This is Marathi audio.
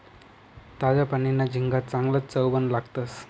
ताजा पानीना झिंगा चांगलाज चवबन लागतंस